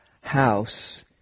house